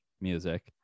music